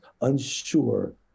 unsure